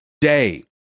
day